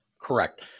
Correct